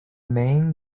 main